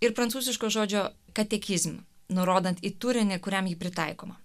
ir prancūziško žodžio katekizme nurodant į turinį kuriam ji pritaikoma